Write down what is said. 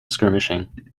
skirmishing